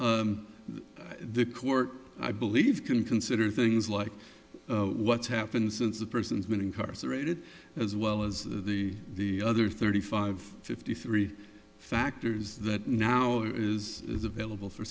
y the court i believe can consider things like what's happened since the person's been incarcerated as well as the the other thirty five fifty three factors that now is